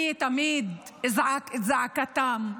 אני תמיד אזעק את זעקתם,